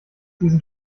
diesen